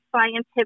scientific